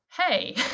hey